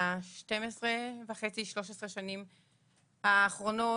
ב-13-12.5 שנים האחרונות,